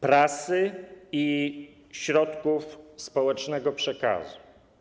prasy i środków społecznego przekazu.